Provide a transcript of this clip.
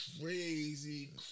Crazy